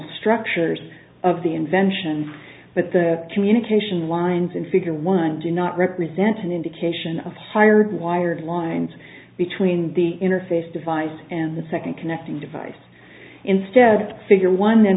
structures of the invention but the communication lines in figure one do not represent an indication of hired wired lines between the interface device and the second connecting device instead figure one